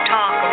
Talk